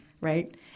Right